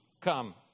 come